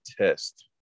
test